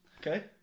Okay